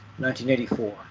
1984